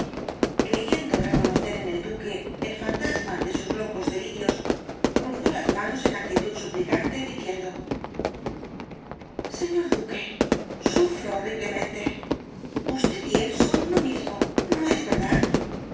creyendo reconocer en el duque el fantasma de sus locos delirios cruzó las manos en actitud suplicante diciendo señor duque sufro horriblemente usted y él son uno mismo no es verdad